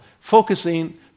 focusing